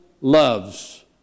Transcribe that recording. loves